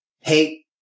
Hey